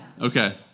Okay